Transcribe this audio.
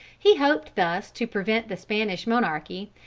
he hoped thus to prevent the spanish monarchy,